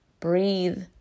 Breathe